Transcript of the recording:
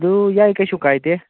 ꯑꯗꯨ ꯌꯥꯏ ꯀꯩꯁꯨ ꯀꯥꯏꯗꯦ